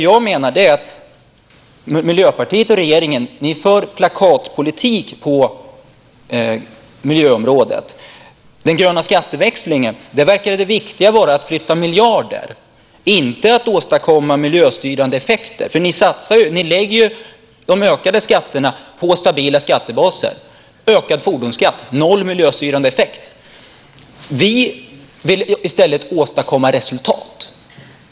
Jag menar att Miljöpartiet och regeringen för plakatpolitik på miljöområdet. Det viktiga i den gröna skatteväxlingen verkar vara att flytta miljarder, inte att åstadkomma miljöstyrande effekter, eftersom de lägger de ökade skatterna på stabila skattebaser. Ökad fordonsskatt - noll miljöstyrande effekt. Vi vill i stället åstadkomma resultat.